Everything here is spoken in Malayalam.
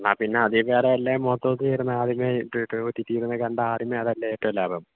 എന്നാൽ പിന്നെ അതിൽ വേറെ എല്ലാ മോട്ടോസി വെരുന്ന ആദ്യമേ ടി ടി ഒ ടി ടി വരുന്ന കണ്ടാൽ ആദ്യമേ അതല്ലേ ഏറ്റു ലാഭം